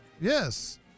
Yes